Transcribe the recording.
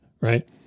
right